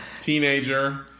Teenager